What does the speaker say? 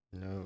No